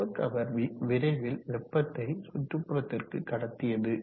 வெப்ப கவர்வி விரைவில் வெப்பத்தை சுற்றுப்புறத்திற்கு கடத்தியது